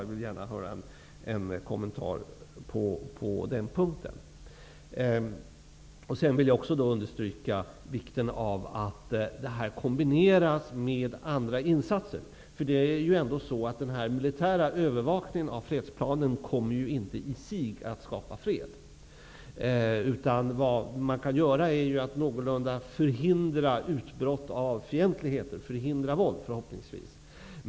Jag vill gärna höra en kommentar på den punkten. Jag vill även understryka vikten av att det här kombineras med andra insatser. Denna militära övervakning av fredsplanen kommer nämligen inte i sig att skapa fred. Vad man kan göra är att någorlunda förhindra utbrott av fientligheter och förhoppningsvis förhindra våld.